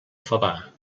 favar